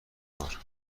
بار